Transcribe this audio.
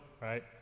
right